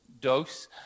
dose